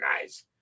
guys